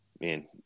man